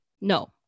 No